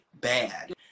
bad